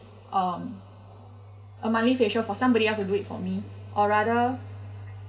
um a monthly facial for somebody else to do it for me or rather